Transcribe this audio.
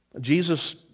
Jesus